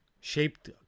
shaped